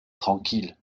tranquille